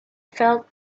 felt